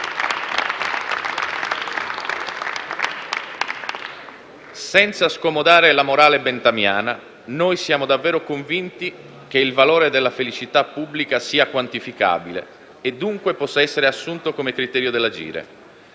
Senza scomodare la morale benthamiana, noi siamo davvero convinti che il valore della felicità pubblica sia quantificabile e dunque possa essere assunto come criterio dell'agire.